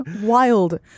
Wild